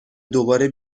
دوباره